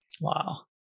Wow